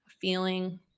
feeling